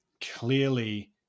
clearly